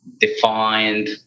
defined